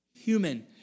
human